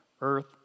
earth